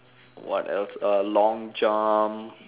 what else uh long jump